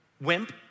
wimp